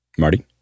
Marty